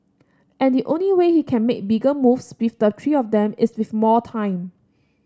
and the only way he can make bigger moves with the three of them is with more time